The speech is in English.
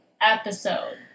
episode